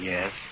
Yes